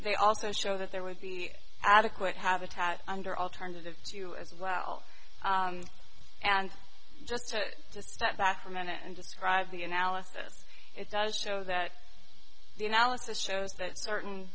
they also show that there would be adequate habitat under alternative to you as well and just to step back for a minute and describe the analysis it does show that the analysis shows that certain